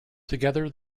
together